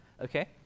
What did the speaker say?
Okay